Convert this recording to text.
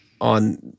on